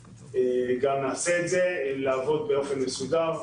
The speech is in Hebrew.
וגם נעשה את זה, לעבוד באופן מסודר.